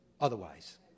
otherwise